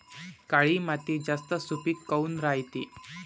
काळी माती जास्त सुपीक काऊन रायते?